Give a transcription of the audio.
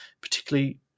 particularly